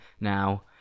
now